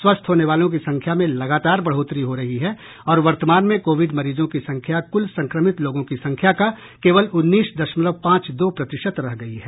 स्वस्थ होने वालों की संख्या में लगातार बढ़ोतरी हो रही है और वर्तमान में कोविड मरीजों की संख्या कुल संक्रमित लोगों की संख्या का केवल उन्नीस दशमलव पांच दो प्रतिशत रह गई है